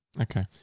Okay